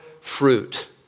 fruit